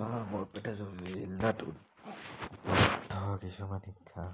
আমা বৰপেটা জিলাটোত ধৰক কিছুমান শিক্ষা